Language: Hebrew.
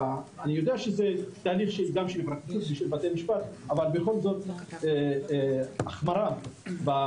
אני יודע שזה תהליך גם של הפרקליטות ובתי משפט אבל בכל זאת החמרה או